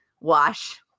wash